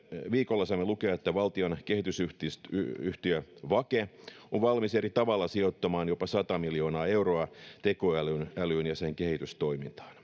viikolla saimme lukea että valtion kehitysyhtiö vake on valmis eri tavalla sijoittamaan jopa sata miljoonaa euroa tekoälyyn ja sen kehitystoimintaan